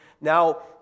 Now